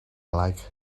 like